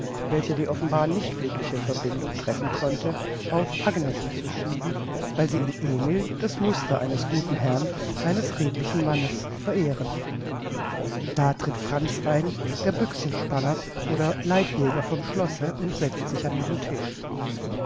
welche die offenbar nicht glückliche verbindung treffen könnte auf agnesen zu schieben weil sie in emil das muster eines guten herrn eines redlichen mannes verehren da tritt franz ein der büchsenspanner oder leibjäger vom schlosse und setzt sich an ihren tisch